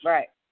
Right